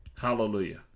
Hallelujah